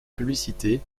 publicité